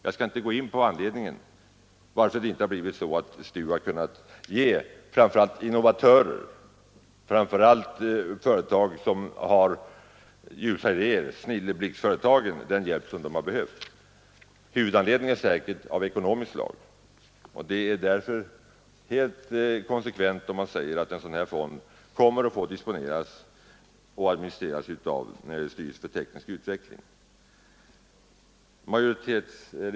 Jag skall inte gå in på anledningen till att STU inte har kunnat ge framför allt innovatörer, företag som har ljusa idéer — snilleblixtföretagen — den hjälp som de har behövt. Huvudanledningen är säkert av ekonomiskt slag. Det är därför helt konsekvent om man säger att en sådan här fond skall disponeras och administreras av styrelsen för teknisk utveckling.